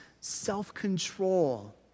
self-control